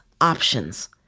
options